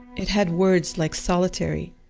it had words like solitary,